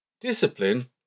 Discipline